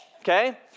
okay